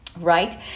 right